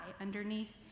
underneath